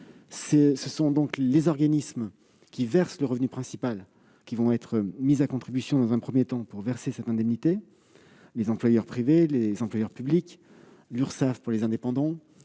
des publics. Les organismes qui versent le revenu principal vont être mis à contribution, dans un premier temps, pour mettre en oeuvre cette indemnité- employeurs privés, employeurs publics, Urssaf pour les indépendants,